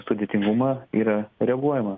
sudėtingumą yra reaguojama